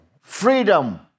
freedom